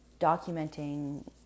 documenting